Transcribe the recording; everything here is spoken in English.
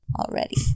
already